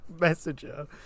messenger